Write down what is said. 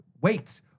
wait